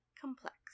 complex